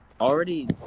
already